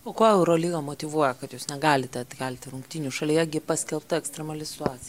o kuo eurolyga motyvuoja kad jūs negalite atkelti rungtynių šalyje gi paskelbta ekstremali situacija